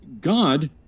God